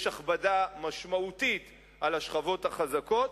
יש הכבדה משמעותית על השכבות החזקות,